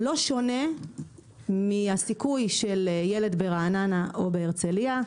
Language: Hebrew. לא שונה מהסיכוי של ילד ברעננה או הרצליה.